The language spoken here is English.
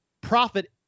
profit